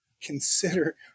consider